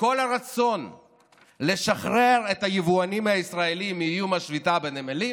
וכל הרצון לשחרר את היבואנים הישראלים מאיום השביתה בנמלים